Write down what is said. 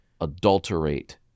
adulterate